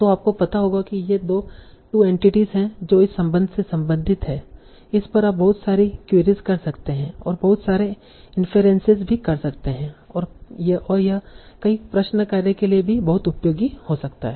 तो आपको पता होगा कि ये 2 एंटिटीस हैं जो इस संबंध से संबंधित हैं इस पर आप बहुत सारी क्वेरीस कर सकते हैं और बहुत सारे इन्फेरेंसेस भी कर सकते हैं और यह कई प्रश्न कार्य के लिए भी बहुत उपयोगी हो सकता है